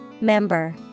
Member